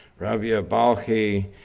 rabi'a balkhi